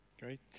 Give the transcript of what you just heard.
Great